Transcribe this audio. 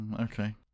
okay